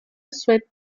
souhaite